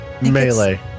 Melee